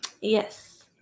yes